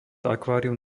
akvárium